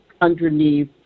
underneath